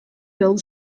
billed